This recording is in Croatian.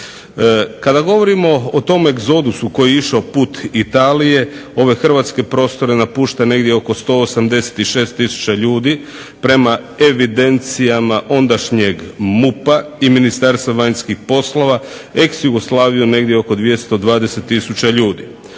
Kada govorimo o tom egzodusu koji je išao put Italije ove hrvatske prostore napušta negdje oko 186000 ljudi prema evidencijama ondašnjeg MUP-a i Ministarstva vanjskih poslova ex Jugoslaviju negdje oko 220000 ljudi.